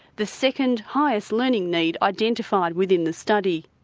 the second highest learning need identified within the study.